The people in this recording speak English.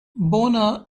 bonner